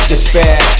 Despair